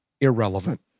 irrelevant